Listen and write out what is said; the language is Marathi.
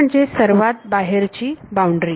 म्हणजे सर्वात बाहेरची बाउंड्री